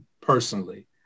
personally